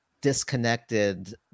disconnected